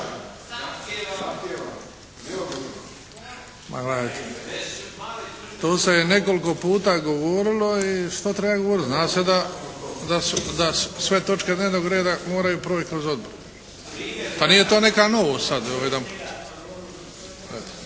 To se je nekoliko puta govorilo i što treba govoriti. Zna se da sve točke dnevnog reda moraju proći kroz odbor. Pa nije to neka novost sad.